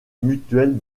mutuelle